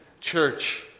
church